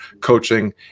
coaching